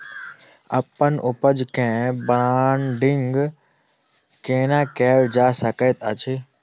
अप्पन उपज केँ ब्रांडिंग केना कैल जा सकैत अछि?